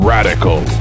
Radical